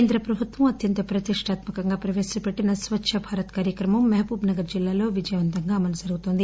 కేంద్ర ప్రభుత్వం అత్యంత ప్రతిష్టాత్మ కంగా ప్రవేశపెట్టిన స్వచ్చ భారత్ కార్యక్రమం మహబూబ్ నగర్ జిల్లాలో విజయవంతంగా అమలు జరుగుతోంది